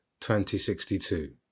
2062